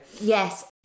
Yes